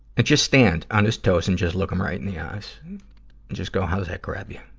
and just stand on his toes and just look him right in the eyes and just go, how does that grab ya,